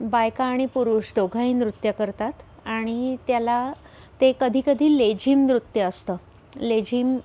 बायका आणि पुरुष दोघंही नृत्य करतात आणि त्याला ते कधी कधी लेझिम नृत्य असतं लेझिम